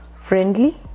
friendly